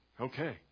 Okay